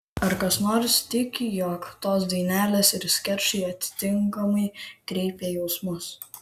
ar kas nors tiki jog tos dainelės ir skečai atitinkamai kreipia jausmus